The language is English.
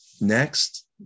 Next